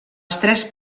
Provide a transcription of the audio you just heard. tres